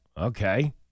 okay